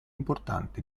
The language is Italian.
importante